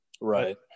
right